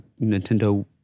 Nintendo